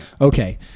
Okay